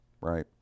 right